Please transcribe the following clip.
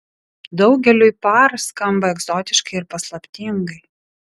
daugeliui par skamba egzotiškai ir paslaptingai